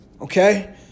okay